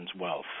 wealth